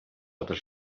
altres